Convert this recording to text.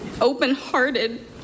open-hearted